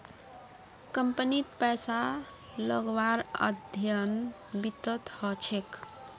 कम्पनीत पैसा लगव्वार अध्ययन वित्तत ह छेक